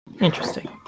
Interesting